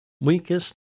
weakest